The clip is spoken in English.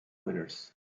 winners